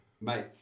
mate